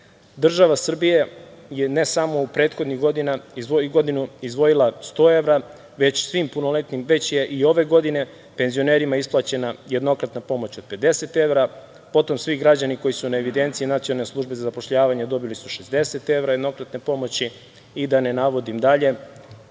Srbija je ne samo u prethodnih godinu izdvojila 100 evra, već je i ove godine penzionerima isplaćena jednokratna pomoć od 50 evra, a potom svi građani koji su na evidenciji Nacionalne službe za zapošljavanje dobili su 60 evra jednokratne pomoći, i da ne navodim dalje.